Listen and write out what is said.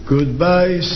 Goodbye